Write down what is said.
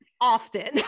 Often